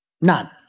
None